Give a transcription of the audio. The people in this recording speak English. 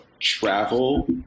travel